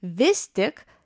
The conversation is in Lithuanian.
vis tik